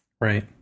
Right